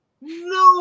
No